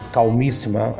Calmíssima